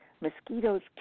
Mosquitoes